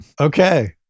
Okay